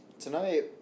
Tonight